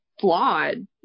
flawed